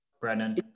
Brennan